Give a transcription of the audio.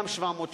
גם 700 שקל,